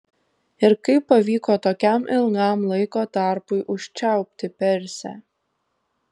ir kaip pavyko tokiam ilgam laiko tarpui užčiaupti persę